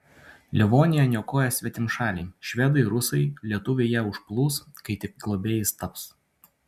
livoniją niokoja svetimšaliai švedai rusai lietuviai ją užplūs kai tik globėjais taps